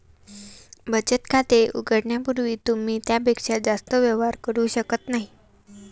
बचत खाते उघडण्यापूर्वी तुम्ही त्यापेक्षा जास्त व्यवहार करू शकत नाही